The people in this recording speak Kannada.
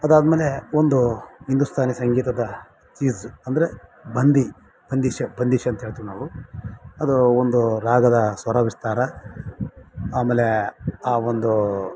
ಅದಾದಮೇಲೆ ಒಂದು ಹಿಂದೂಸ್ತಾನಿ ಸಂಗೀತದ ಚೀಜ಼ ಅಂದರೆ ಬಂದಿ ಬಂದೀಶ ಬಂದೀಶ ಅಂಥೇಳ್ತೀವಿ ನಾವು ಅದು ಒಂದು ರಾಗದ ಸ್ವರ ವಿಸ್ತಾರ ಆಮೇಲೆ ಆ ಒಂದು